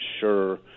sure